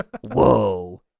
Whoa